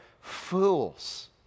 fools